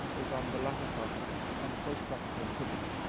is on the latter part of this, on the post-practical activity.